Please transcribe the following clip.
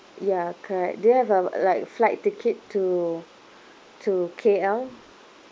ya correct do you have uh like flight ticket to to K_L